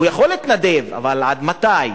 הוא יכול להתנדב, אבל עד מתי?